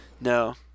No